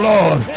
Lord